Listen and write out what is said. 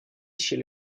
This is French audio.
chez